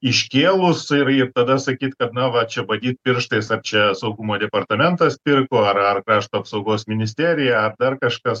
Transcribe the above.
iškėlus ir ir tada sakyt kad na va čia badyt pirštais ar čia saugumo departamentas pirko ar ar krašto apsaugos ministerija ar dar kažkas